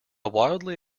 wildly